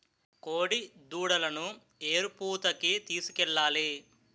కోడిదూడలను ఎరుపూతకి తీసుకెళ్లాలి